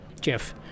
Jeff